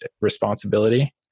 responsibility